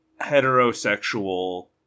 heterosexual